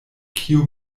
kio